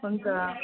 हुन्छ